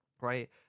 right